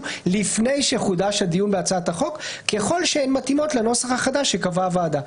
לפני שחודש הדיון בהצעת החוק ככל שהן מתאימות לנוסח החדש שקבעה הוועדה.